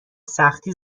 سختی